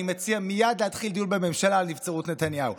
אני מציע מייד להתחיל דיון בממשלה על נבצרות נתניהו.